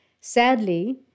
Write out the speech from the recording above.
Sadly